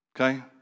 Okay